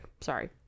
Sorry